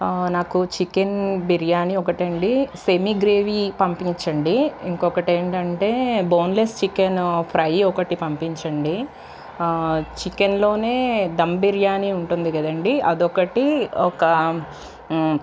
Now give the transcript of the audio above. నాకు చికెన్ బిర్యానీ ఒకటండి semi gravy పంపించండి ఇంకొకటేంటంటే బోన్లెస్ చికెన్ ఫ్రై ఒకటి పంపించండి చికెన్లోనే ధమ్ బిర్యాని ఉంటుంది కదండి అదొక్కటి ఒకా